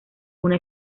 una